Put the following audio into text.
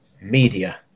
media